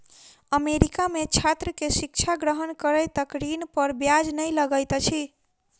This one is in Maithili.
अमेरिका में छात्र के शिक्षा ग्रहण करै तक ऋण पर ब्याज नै लगैत अछि